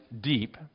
deep